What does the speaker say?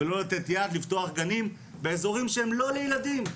ולא לתת יד לפתוח גנים באיזורים שהם לא לילדים.